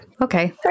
Okay